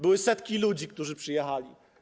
Były setki ludzi, którzy przyjechali.